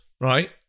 right